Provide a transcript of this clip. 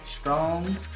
strong